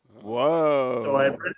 whoa